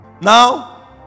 Now